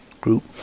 group